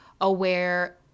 aware